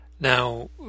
Now